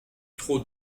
trop